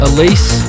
Elise